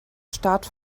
start